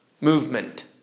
Movement